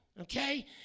okay